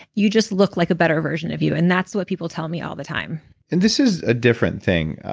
you just look like a better version of you and that's what people tell me all the time and this is a different thing.